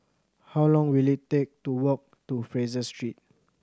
how long will it take to walk to Fraser Street